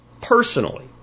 personally